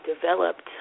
developed